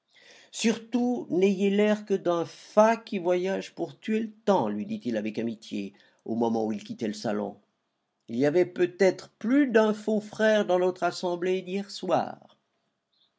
surtout n'ayez l'air que d'un fat qui voyage pour tuer le temps lui dit-il avec amitié au moment où il quittait le salon il y avait peut-être plus d'un faux frère dans notre assemblée d'hier soir